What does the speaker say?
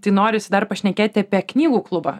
tai norisi dar pašnekėti apie knygų klubą